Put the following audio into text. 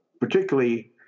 Particularly